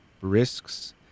risks